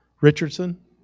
Richardson